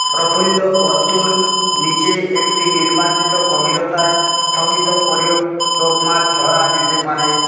প্রফুল্ল বস্তুর নীচে একটি নির্বাচিত গভীরতায় স্থগিত করেও টোপ মাছ ধরা যেতে পারে